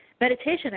meditation